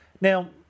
Now